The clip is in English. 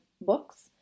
books